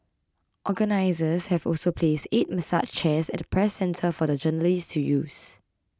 organisers have also placed eight massage chairs at the Press Centre for the journalists to use